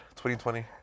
2020